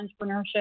entrepreneurship